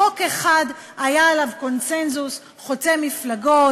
חוק אחד היה עליו קונסנזוס חוצה מפלגות,